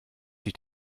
sich